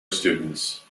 students